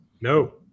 No